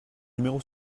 numéro